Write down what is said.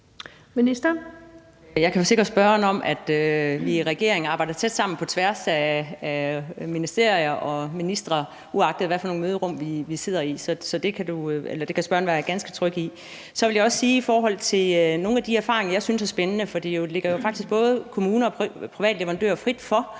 Jeg kan forsikre spørgeren om, at vi i regeringen arbejder tæt sammen på tværs af ministerier og ministre, uagtet hvilke møderum vi sidder i. Så det kan spørgeren være ganske tryg i. Så vil jeg også sige noget i forhold til nogle af de erfaringer, som jeg synes er spændende, for det ligger jo faktisk både kommuner og private leverandører frit for